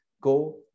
go